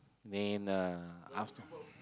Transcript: then lah after